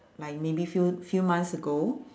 like maybe few few months ago